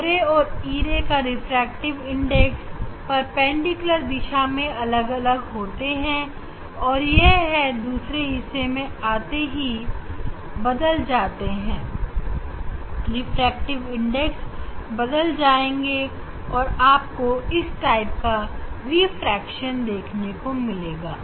O ray और e ray के refractive index perpendicular दिशा में अलग अलग होते हैं और यह है दूसरे हिस्से में आते ही बदल जाते हैं रिफ्रैक्टिव इंडेक्स बदल जाएंगे और आपको इस टाइप का रिफ्रैक्शन देखने को मिलेगा